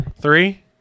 Three